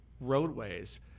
roadways